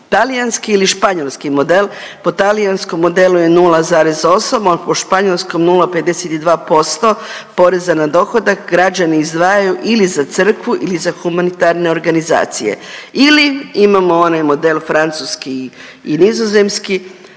Talijanski ili španjolski model, po talijanskom modelu je 0,8, a po španjolskom 0,52% poreza na dohodak građani izdvajaju ili za crkvu ili za humanitarne organizacije ili imamo onaj model francuski i nizozemski,